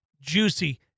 juicy